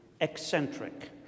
eccentric